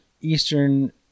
Eastern